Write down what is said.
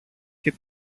και